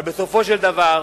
אבל בסופו של דבר,